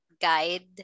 guide